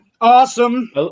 Awesome